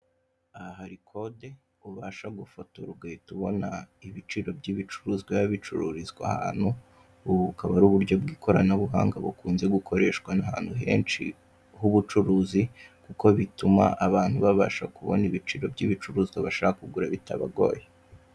Aha hari kode ubasha gufotora ugahita ubona ibiciro by'ibicuruzwa biba bicururizwa ahantu. Ubu bukaba ari uburyo bw'ikoranabuhanga bukunze gukoreshwa n'ahantu henshi h'ubucuruzi. Kuko bituma abantu babasha kubona ibiciro by'ibicuruzwa bashaka kugura bitabagoye.